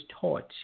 taught